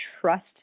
trust